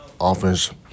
offense